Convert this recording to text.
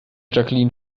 jacqueline